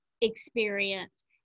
experience